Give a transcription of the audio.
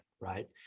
right